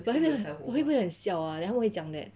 but 会不会很我会不会 siao ah then 他们会讲 that